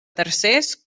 tercers